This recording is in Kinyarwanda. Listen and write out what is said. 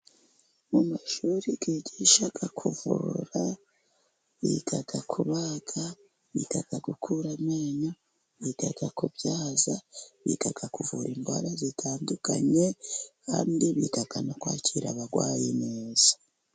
Mu mashuri bigisha kuvura biga kubaga, biga gukura amenyo, biga kubyaza, biga kuvura indwara zitandukanye kandi biga kwakira abarwayi neza.